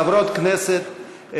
חברות כנסת.